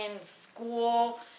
school